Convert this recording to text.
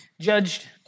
Judged